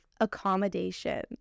accommodation